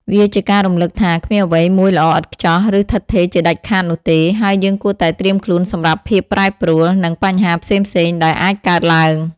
វាជាការរំលឹកថា គ្មានអ្វីមួយល្អឥតខ្ចោះ ឬឋិតថេរជាដាច់ខាតនោះទេ ហើយយើងគួរតែត្រៀមខ្លួនសម្រាប់ភាពប្រែប្រួល និងបញ្ហាផ្សេងៗដែលអាចកើតឡើង។